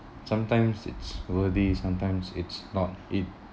sometimes it's worthy sometimes it's not it